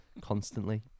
constantly